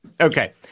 okay